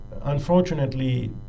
unfortunately